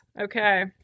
Okay